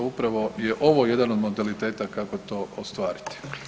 Upravo je ovo jedan od modaliteta kako to ostvariti.